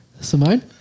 Simone